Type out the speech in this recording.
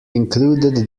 included